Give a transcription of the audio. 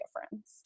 difference